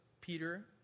Peter